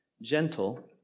gentle